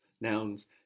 nouns